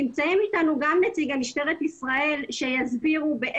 נמצאים אתנו גם נציגי משטרת ישראל שיסבירו את